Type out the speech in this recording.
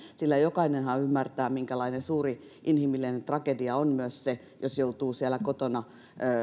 sillä jokainenhan ymmärtää minkälainen suuri inhimillinen tragedia on myös se jos joutuu kotona